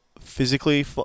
physically